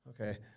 okay